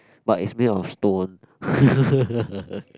but is made of stone